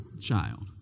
child